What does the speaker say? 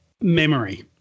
Memory